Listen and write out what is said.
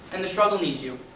and the struggle needs you.